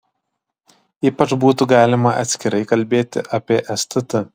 ypač būtų galima atskirai kalbėti apie stt